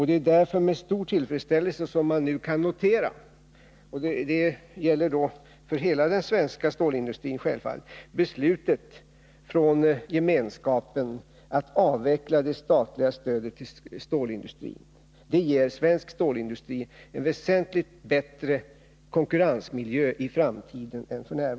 Det är därför med stor tillfredsställelse som man nu kan notera — det gäller självfallet för hela den svenska stålindustrin — beslutet från den Europeiska gemenskapen att avveckla det statliga stödet till stålindustrin. Det ger svensk stålindustri en väsentligt bättre konkurrensmiljö i framtiden än f. n.